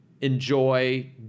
enjoy